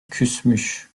küsmüş